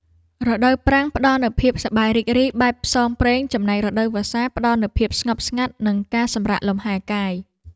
រដូវប្រាំងផ្តល់នូវភាពសប្បាយរីករាយបែបផ្សងព្រេងចំណែករដូវវស្សាផ្តល់នូវភាពស្ងប់ស្ងាត់ និងការសម្រាកលំហែកាយ។